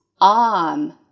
arm